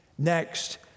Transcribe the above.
Next